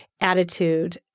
attitude